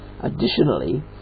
Additionally